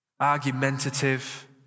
Argumentative